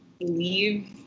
leave